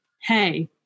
hey